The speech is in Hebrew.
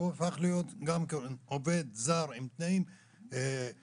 והוא הופך להיות גם עובד זר עם תנאים מלאים.